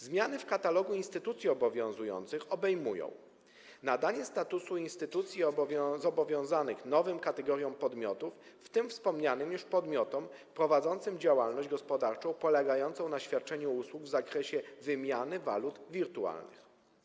Zmiany w katalogu instytucji obowiązanych obejmują nadanie statusu instytucji zobowiązanych nowym kategoriom podmiotów, w tym wspomnianym już podmiotom prowadzącym działalność gospodarczą polegającą na świadczeniu usług w zakresie wymiany walut wirtualnych.